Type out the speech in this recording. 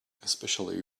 especially